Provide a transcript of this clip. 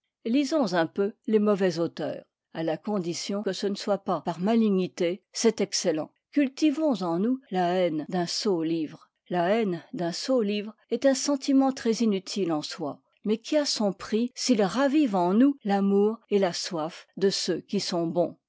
lisons un peu les mauvais auteurs à la condition que ce ne soit pas par malignité c'est excellent cultivons en nous la haine d'un sot livre la haine d'un sot livre est un sentiment très inutile en soi mais qui a son prix s'il ravive en nous l'amour et la soif de ceux qui sont bons